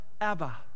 Abba